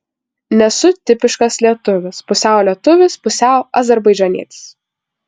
nesu tipiškas lietuvis pusiau lietuvis pusiau azerbaidžanietis